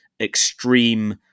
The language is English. extreme